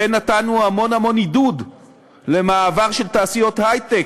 לכן נתנו המון המון עידוד למעבר של תעשיות היי-טק,